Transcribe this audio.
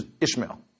Ishmael